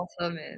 awesome